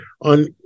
on